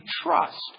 trust